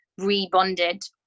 rebonded